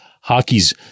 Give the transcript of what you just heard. hockey's